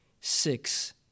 six